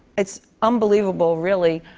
it's unbelievable, really.